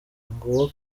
nguwo